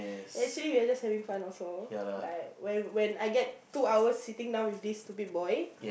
actually we are just having fun also like when I get two hours sitting down with this stupid boy